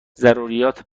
ضروریات